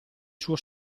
suo